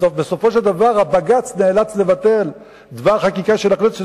בסופו של דבר בג"ץ נאלץ לבטל דבר חקיקה של הכנסת,